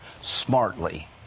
smartly